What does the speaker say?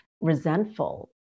resentful